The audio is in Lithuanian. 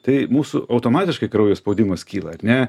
tai mūsų automatiškai kraujo spaudimas kyla ar ne